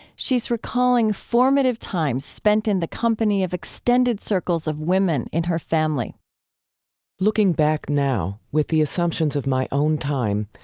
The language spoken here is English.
she's recalling formative times spent in the company of extended circles of women in her family looking back now, with the assumptions of my own time,